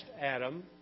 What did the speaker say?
Adam